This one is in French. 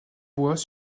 bois